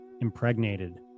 Impregnated